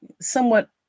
somewhat